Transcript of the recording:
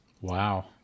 Wow